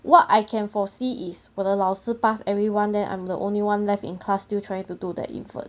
what I can foresee is 我的老师 pass everyone then I'm the only one left in class still trying to do the input